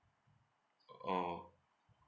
orh orh